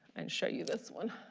and show you this one